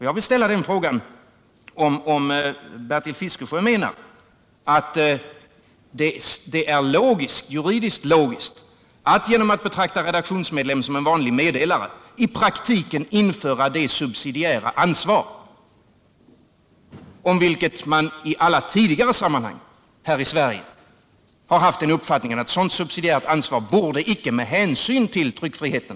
Jag vill fråga Bertil Fiskesjö om han menar att det är juridiskt logiskt att man genom att betrakta en redaktionsmedlem som en vanlig med delare i praktiken inför ett sådant subsidiärt ansvar vid sidan av ansvarige utgivarens ansvar som man i alla tidigare sammanhang här i Sverige hävdat inte borde införas med hänsyn till tryckfriheten.